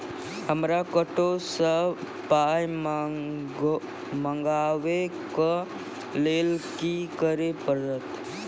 हमरा कतौ सअ पाय मंगावै कऽ लेल की करे पड़त?